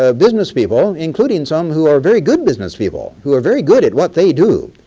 ah business people including some who are very good business people who are very good at what they do.